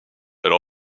elle